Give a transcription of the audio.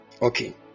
Okay